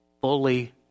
fully